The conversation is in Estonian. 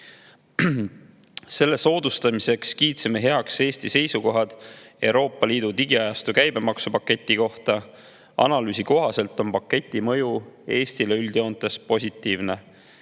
Selle soodustamiseks kiitsime heaks Eesti seisukohad Euroopa Liidu digiajastu käibemaksupaketi kohta. Analüüsi kohaselt on paketi mõju Eestile üldjoontes positiivne.